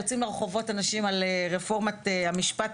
יוצאים לרחובות אנשים על רפורמת המשפט,